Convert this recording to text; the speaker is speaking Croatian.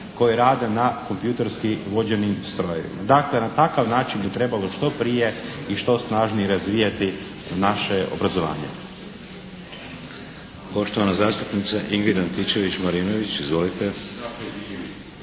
koji rade na kompjuterski vođenim strojevima. Dakle na takav način bi trebalo što prije i što snažnije razvijati naše obrazovanje.